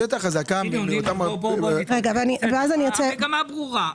המגמה ברורה.